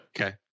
Okay